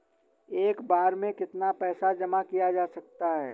एक बार में कितना पैसा जमा किया जा सकता है?